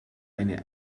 eine